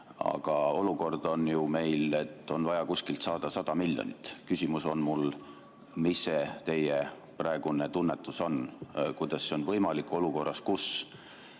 Aga olukord on meil ju see, et on vaja kusagilt saada 100 miljonit. Küsimus on mul selline: mis see teie praegune tunnetus on, kuidas on see võimalik olukorras, kus